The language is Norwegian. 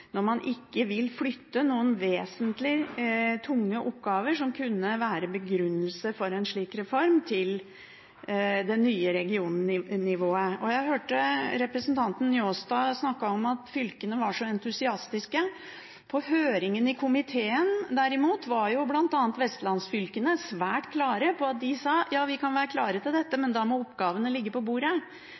når man ikke vil flytte noen vesentlige, tunge oppgaver som kunne være begrunnelse for en slik reform, til det nye regionnivået. Jeg hørte representanten Njåstad snakket om at fylkene var så entusiastiske. På høringen i komiteen, derimot, var bl.a. vestlandsfylkene svært klare på at de sa: Ja, vi kan være klare til dette, men da må oppgavene ligge på bordet.